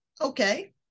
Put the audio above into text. Okay